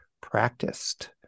practiced